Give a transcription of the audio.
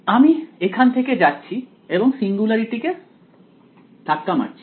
আমি এখান থেকে যাচ্ছি এবং সিঙ্গুলারিটি কে ধাক্কা মারছি